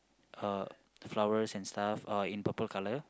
uh the flowers and stuff oh in purple color